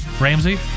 Ramsey